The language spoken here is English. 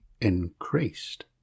increased